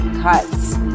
cuts